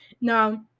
Now